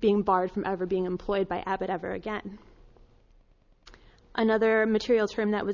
being barred from ever being employed by abbott ever again another material term that was